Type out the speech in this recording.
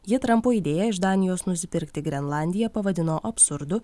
ji trampo idėją iš danijos nusipirkti grenlandiją pavadino absurdu